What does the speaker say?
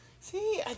See